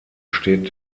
steht